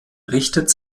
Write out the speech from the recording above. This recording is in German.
richtet